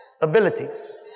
abilities